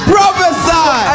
Prophesy